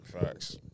Facts